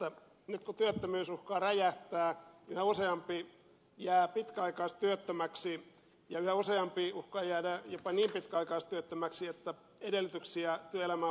nyt kun työttömyys uhkaa räjähtää yhä useampi jää pitkäaikaistyöttömäksi ja yhä useampi uhkaa jäädä jopa niin pitkäaikaistyöttömäksi että edellytyksiä työelämään paluulle ei enää ole